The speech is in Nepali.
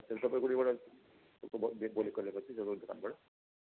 जलपाइगुडीबाट घरबाट